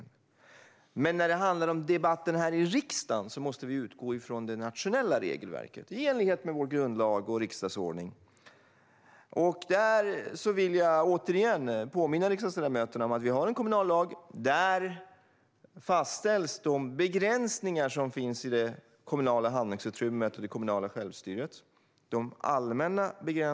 Men när det handlar om debatten här i riksdagen måste vi utgå från det nationella regelverket i enlighet med vår grundlag och riksdagsordning. Då vill jag återigen påminna riksdagsledamöterna om att vi har en kommunallag. Där fastställs de allmänna begränsningar som finns i det kommunala handlingsutrymmet och i det kommunala självstyret.